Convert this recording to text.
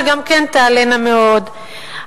שגם תעלינה מאוד,